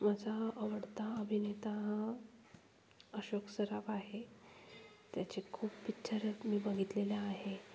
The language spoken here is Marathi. माझा आवडता अभिनेता अशोक सराफ आहे त्याचे खूप पिच्चर मी बघितलेले आहे